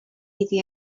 iddi